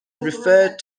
referred